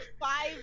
five